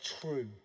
true